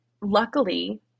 luckily